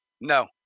No